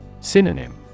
Synonym